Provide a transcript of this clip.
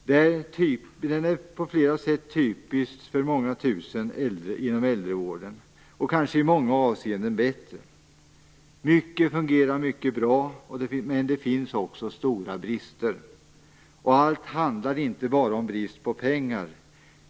Den är på flera sätt typisk för många tusen äldre inom äldrevården. I många avseenden är den kanske bättre. Mycket fungerar mycket bra, men det finns också stora brister. Allt handlar inte bara om brist på pengar.